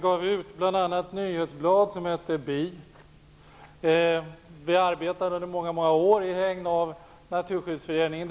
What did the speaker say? Gruppen gav bl.a. ut ett nyhetsblad som hette Bi. Vi arbetade i många många år i hägn av Naturskyddsföreningen.